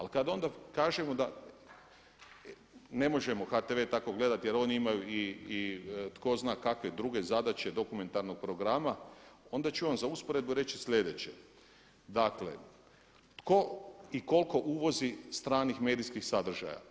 Ali kada onda kažemo, ne možemo HTV tako gledati jel oni imaju i tko zna kakve druge zadaće dokumentarnog programa, onda ću vam za usporedbu reći sljedeće, dakle tko i koliko uvozi stranih medijskih sadržaja.